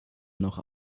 noch